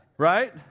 right